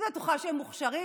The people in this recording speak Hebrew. אני בטוחה שהם מוכשרים,